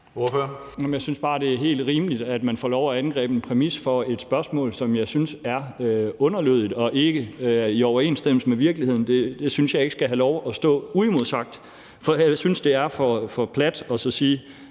Jeg synes, det er helt rimeligt, at man får lov at angribe en præmis for et spørgsmål, som jeg synes er underlødigt og ikke i overensstemmelse med virkeligheden. Det synes jeg ikke skal have lov at stå uimodsagt. Jeg synes, det er for plat at sige,